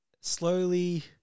slowly